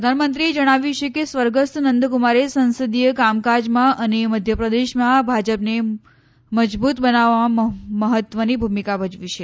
પ્રધાનમંત્રીએ જણાવ્યું છે કે સ્વર્ગસ્થ નંદકુમારે સંસદીય કામકાજમાં અને મધ્યપ્રદેશમાં ભાજપને મજબૂત બનાવવામાં મહત્વની ભૂમિકા ભજવી છે